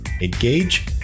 Engage